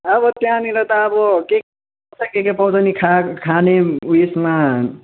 अब त्यहाँनिर त अब के के पाउँछ के के पाउँछ नि अब खाने उएसमा